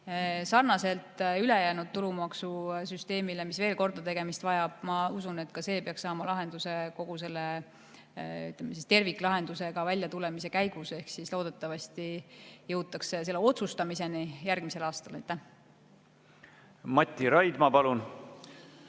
Sarnaselt ülejäänud tulumaksusüsteemiga, mis veel kordategemist vajab, ma usun, et ka see peaks saama lahenduse kogu selle, ütleme, terviklahendusega väljatulemise käigus. Loodetavasti jõutakse selle otsustamiseni järgmisel aastal. Aitäh! Me oleme